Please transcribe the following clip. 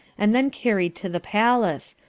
and then carried to the palace,